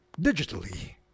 digitally